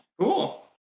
Cool